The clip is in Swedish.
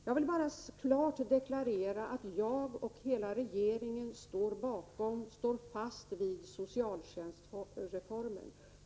Jag vill bara klart deklarera att jag och hela regeringen står fast vid socialtjänstreformen.